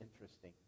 interesting